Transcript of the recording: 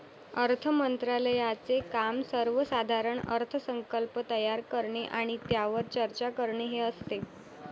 अर्थ मंत्रालयाचे काम सर्वसाधारण अर्थसंकल्प तयार करणे आणि त्यावर चर्चा करणे हे असते